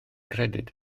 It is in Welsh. credyd